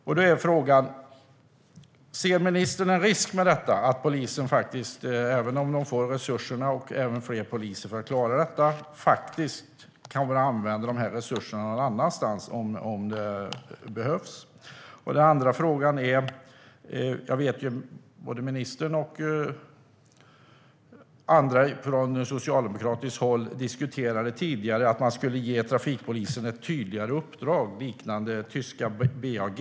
Frågan är alltså om ministern ser en risk att polisen, även om de får resurserna och fler poliser för att klara detta, faktiskt kommer att använda resurserna någon annanstans om det behövs. Jag har även en annan fråga. Jag vet att både ministern och andra från socialdemokratiskt håll tidigare diskuterade att man skulle ge trafikpolisen ett tydligare uppdrag, liknande det tyska BAG.